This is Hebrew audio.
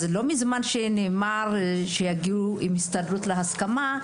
אז לא מזמן שנאמר שיגיעו עם הסתדרות להסכמה,